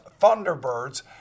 Thunderbirds